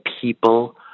people